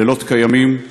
לילות כימים.